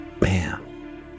man